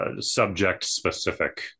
Subject-specific